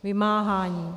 Vymáhání.